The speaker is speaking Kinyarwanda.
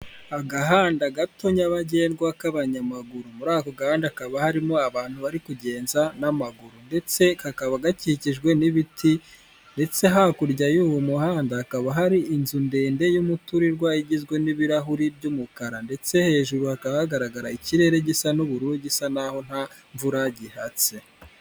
Agahanda gato nyabagendwa k'abanyamaguru, muri ako gahanda hakaba harimo abantu bari kugenza n'amaguru, ndetse kakaba gakikijwe n'ibiti ndetse, hakurya y'uwo muhanda hakaba hari inzu ndende y'umuturirwa igizwe n'ibirahuri by'umukara, ndetse hejuru hakaba hagaragara ikirere gisa n'ubururu gisa n'aho nta mvura gihatse.